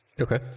Okay